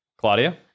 Claudia